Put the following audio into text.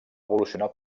evolucionar